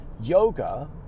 yoga